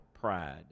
pride